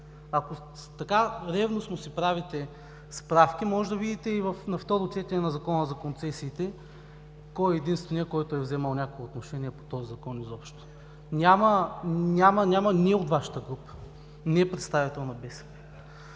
Ако така ревностно си правите справки, можете да видите на второ четене на Закона за концесиите кой е единственият, който е вземал някакво отношение по този Закон изобщо. Не е от Вашата група, не е представител на БСП.